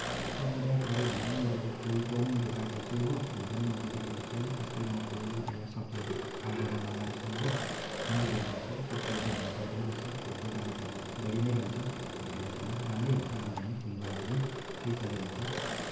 सब्जी बाहेक अरू भन्दा पनि मेरो फुलको पनि व्यापार गर्छु हो फुल पनि म बिक्री गर्छु जस्तै म फुल या सब्जीहरू हाटबजारमा लान्छु हो त्यहाँ पनि बिक्री गर्छु सब्जी यता घटबड भइबस्छ फुलको दाम त अब बढी नै रहन्छ घटेको छैन राम्रै हुन्छ आम्दामी फुलबाट पनि त्यही चलिरहेछ